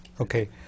Okay